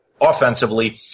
offensively